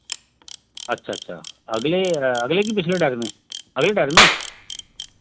अच्छा अच्छा अगले अगले कि पिछले टायर में अगले टायर में